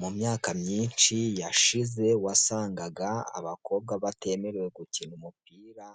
Mu myaka myinshi yashize wasangaga abakobwa batemerewe gukina umupira